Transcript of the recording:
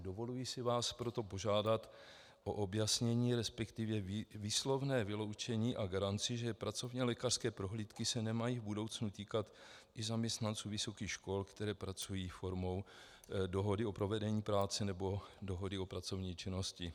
Dovoluji si vás proto požádat o objasnění, respektive výslovné vyloučení a garanci, že pracovnělékařské prohlídky se nemají v budoucnu týkat i zaměstnanců vysokých škol, kteří pracují formou dohody o provedení práce nebo dohody o pracovní činnosti.